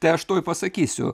tai aš tuoj pasakysiu